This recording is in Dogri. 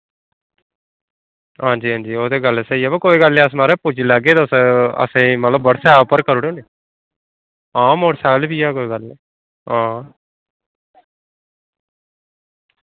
आं जी आं जी ओह् गल्ल ते स्हेई ऐ म्हाराज ते असेंगी तुस व्हाट्सएप उप्पर करी ओड़ेओ नी आं मोटरसैकल बी ऐ कोई गल्ल निं आं